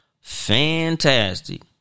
fantastic